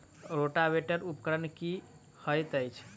Rotavator उपकरण की हएत अछि?